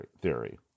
theory